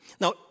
Now